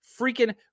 freaking